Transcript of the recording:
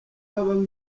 habaho